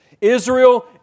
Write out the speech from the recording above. Israel